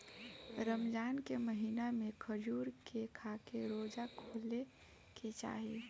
रमजान के महिना में खजूर के खाके रोज़ा खोले के चाही